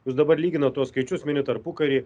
jūs dabar lyginat tuos skaičius minit tarpukarį